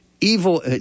evil